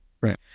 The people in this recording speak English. Right